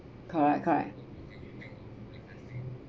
correct correct